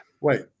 Wait